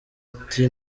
ati